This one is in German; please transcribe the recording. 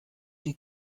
die